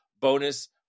bonus